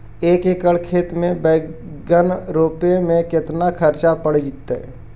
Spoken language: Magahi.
एक एकड़ खेत में बैंगन रोपे में केतना ख़र्चा पड़ जितै?